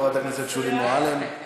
חברת הכנסת שולי מועלם-רפאלי,